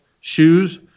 shoes